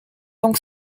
donc